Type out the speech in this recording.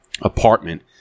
apartment